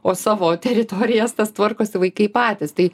o savo teritorijas tas tvarkosi vaikai patys tai